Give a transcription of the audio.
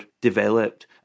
developed